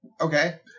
okay